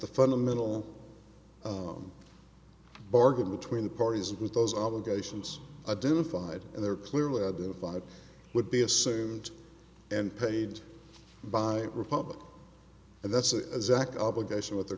the fundamental bargain between the parties with those obligations identified and they're clearly identified would be assumed and paid by republic and that's a sack obligation what they're